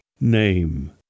name